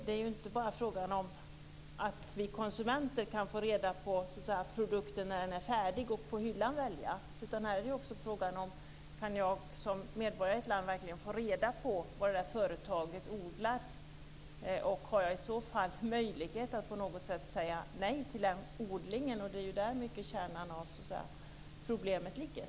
Det är inte bara fråga om att vi konsumenter kan få besked om produkten när den är färdig och välja på hyllan, utan här är det också fråga om huruvida jag som medborgare i ett land verkligen kan få reda på vad det där företaget odlar. Har jag i så fall möjlighet att på något sätt säga nej till den odlingen? Det är där mycket av kärnan i problemet ligger.